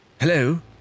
Hello